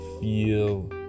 feel